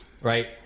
right